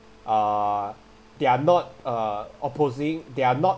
uh they are not uh opposing they are not